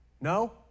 No